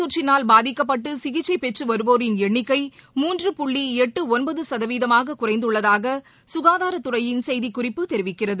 தொற்றினால் பாதிக்கப்பட்டுசிகிச்சைபெற்றுவருவோரின் இந்தநோய் எண்ணிக்கை மூன்று புள்ளிளட்டுஒன்பதுசதவீதமாககுறைந்துள்ளதாகசுகாதாரத் துறையின் செய்திக் குறிப்பு தெரிவிக்கிறது